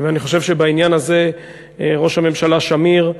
ואני חושב שבעניין הזה ראש הממשלה שמיר,